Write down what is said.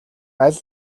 аль